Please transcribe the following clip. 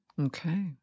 Okay